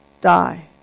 die